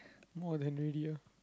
more than ready ah